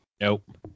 Nope